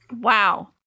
Wow